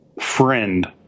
friend